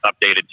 updated